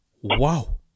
Wow